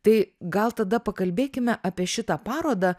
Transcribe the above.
tai gal tada pakalbėkime apie šitą parodą